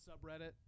subreddit